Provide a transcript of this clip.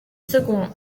seconds